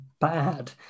bad